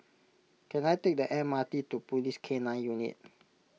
can I take the M R T to Police K nine Unit